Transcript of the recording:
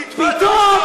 פתאום,